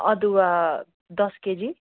अदुवा दस केजी